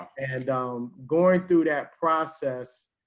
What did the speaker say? and um going through that process.